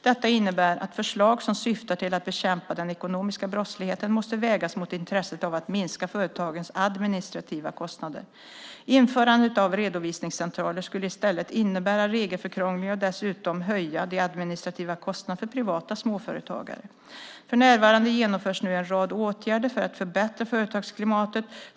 Detta innebär att förslag som syftar till att bekämpa den ekonomiska brottsligheten måste vägas mot intresset av att minska företagens administrativa kostnader. Införandet av redovisningscentraler skulle i stället innebära regelförkrånglingar och dessutom höja de administrativa kostnaderna för privata småföretagare. För närvarande genomförs en rad åtgärder för att förbättra företagsklimatet.